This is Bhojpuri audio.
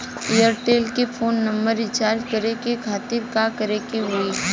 एयरटेल के फोन नंबर रीचार्ज करे के खातिर का करे के होई?